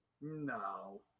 No